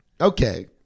Okay